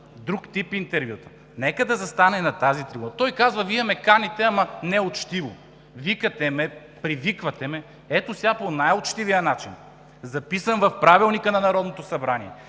друг тип интервюта. Нека да застане на тази трибуна. Той казва: „Вие ме каните, ама неучтиво. Викате ме, привиквате ме“. Ето сега по най-учтивия начин, записан в Правилника на Народното събрание,